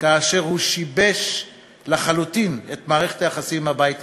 כאשר הוא שיבש לחלוטין את מערכת היחסים עם הבית הלבן,